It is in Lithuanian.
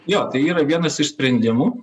jo tai yra vienas iš sprendimų